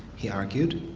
he argued.